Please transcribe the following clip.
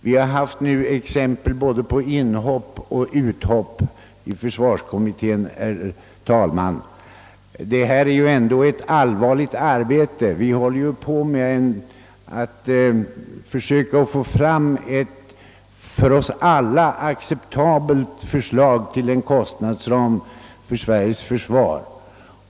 Vi har nu, herr talman, haft exempel på både inhopp och uthopp i försvarskommittén. Det är dock fråga om ett allvarligt arbete. Kommittén försöker ju få fram ett för oss alla acceptabelt förslag till en kostnadsram för Sveriges försvar.